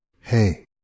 Hey